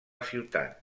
ciutat